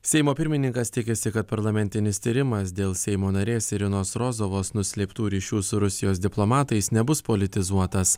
seimo pirmininkas tikisi kad parlamentinis tyrimas dėl seimo narės irinos rozovos nuslėptų ryšių su rusijos diplomatais nebus politizuotas